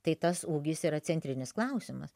tai tas ūgis yra centrinis klausimas